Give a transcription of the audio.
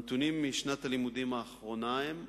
הנתונים משנת הלימודים האחרונה הם: